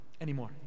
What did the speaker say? Anymore